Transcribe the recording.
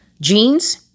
jeans